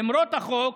למרות החוק,